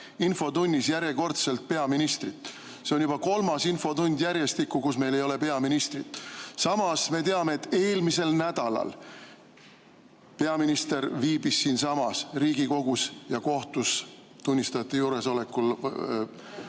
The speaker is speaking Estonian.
infotunnis järjekordselt peaministrit. See on juba kolmas infotund järjestikku, kus meil ei ole siin peaministrit. Samas me teame, et eelmisel nädalal peaminister viibis siinsamas Riigikogus ja kohtus, tunnistajate juuresolekul,